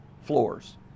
floors